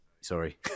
sorry